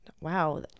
wow